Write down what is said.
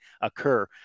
occur